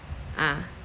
ah